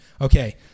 Okay